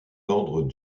ordre